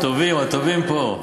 הטובים, הטובים פה.